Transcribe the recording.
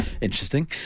Interesting